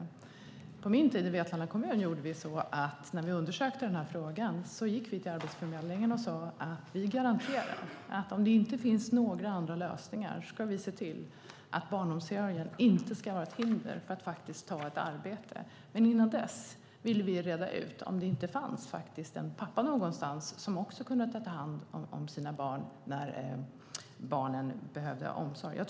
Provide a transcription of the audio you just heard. När vi på min tid i Vetlanda kommun undersökte den här frågan gick vi till Arbetsförmedlingen och sade att vi garanterade att vi om det inte fanns några andra lösningar skulle se till att barnomsorgen inte skulle vara ett hinder för att ta ett arbete. Men innan dess ville vi reda ut om det inte fanns en pappa någonstans som kunde ta hand om sina barn när de behövde omsorg.